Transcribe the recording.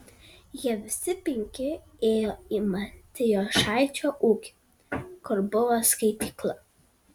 jie visi penki ėjo į matijošaičio ūkį kur buvo skaitykla